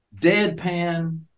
deadpan